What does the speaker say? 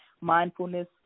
mindfulness